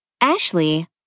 Ashley